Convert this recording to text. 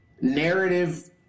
narrative